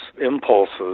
impulses